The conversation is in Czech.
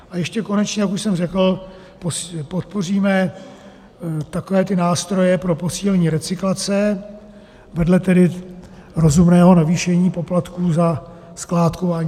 A ještě konečně, jak už jsem řekl, podpoříme takové ty nástroje pro posílení recyklace vedle tedy rozumného navýšení poplatků za skládkování.